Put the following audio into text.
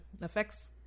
affects